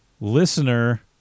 listener